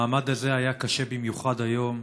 המעמד הזה היה קשה במיוחד, היום